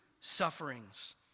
sufferings